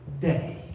day